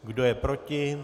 Kdo je proti?